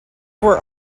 were